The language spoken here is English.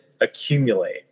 accumulate